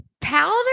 powder